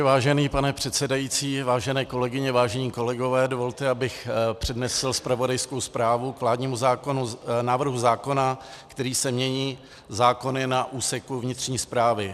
Vážený pane předsedající, vážené kolegyně, vážení kolegové, dovolte, abych přednesl zpravodajskou zprávu k vládnímu návrhu zákona, kterým se mění zákony na úseku vnitřní správy.